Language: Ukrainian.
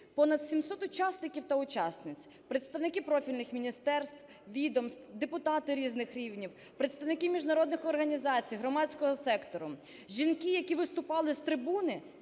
понад 700 учасників та учасниць, представники профільних міністерств, відомств, депутати різних рівнів, представники міжнародних організацій, громадського сектору. Жінки, які виступали з трибуни,